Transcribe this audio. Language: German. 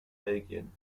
belgien